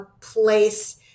place